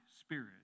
spirit